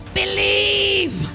believe